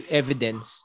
evidence